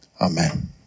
Amen